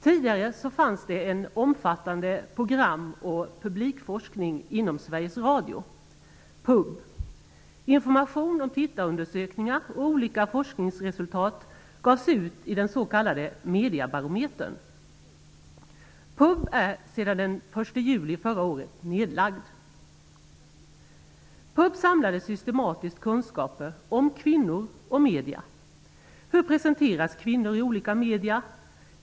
Tidigare fanns en omfattande program och publikforskning inom Sveriges radio, samlade systematiskt kunskaper om kvinnor och om medier: Hur presenteras kvinnor i olika medier?